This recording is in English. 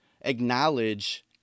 acknowledge